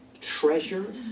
treasure